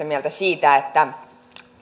mieltä siitä että